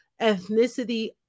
Ethnicity